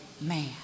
man